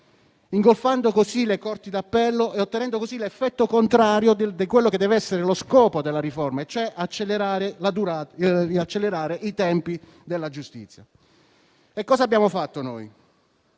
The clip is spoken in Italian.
ingolfando così le Corti d'appello e ottenendo l'effetto contrario a quello che deve essere lo scopo della riforma e cioè accelerare i tempi della giustizia. Cosa abbiamo fatto, noi?